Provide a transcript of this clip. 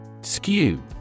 Skew